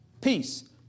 peace